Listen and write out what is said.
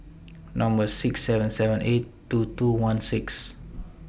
Number six seven seven eight two two one six